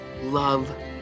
love